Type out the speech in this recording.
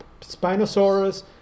Spinosaurus